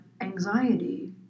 anxiety